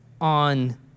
on